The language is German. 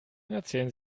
erzählen